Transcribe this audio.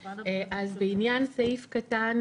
בעניין סעיף קטן